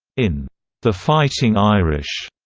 in the fighting irish,